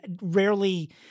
rarely